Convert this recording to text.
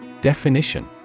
Definition